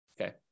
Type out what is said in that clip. okay